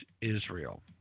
Israel